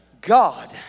God